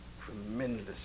Tremendous